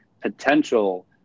potential